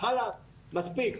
הלוואה, חאלס, מספיק.